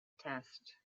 test